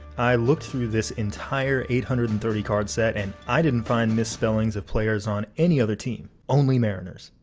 i looked through this entire eight hundred and thirty card set and i didn't find misspellings of players on any other team, only mariners.